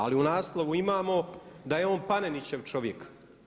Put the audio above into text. Ali u naslovu imamo da je on Panenićev čovjek.